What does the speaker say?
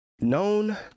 known